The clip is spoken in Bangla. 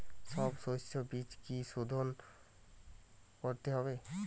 সব শষ্যবীজ কি সোধন করতে হবে?